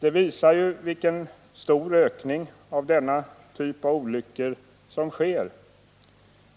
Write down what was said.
Detta visar vilken stor ökning av denna typ av olyckor som sker.